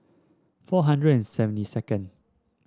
four hundred and seventy second